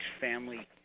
family